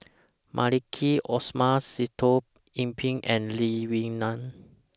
Maliki Osman Sitoh Yih Pin and Lee Wee Nam